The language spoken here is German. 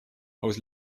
aus